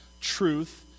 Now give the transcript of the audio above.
truth